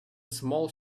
small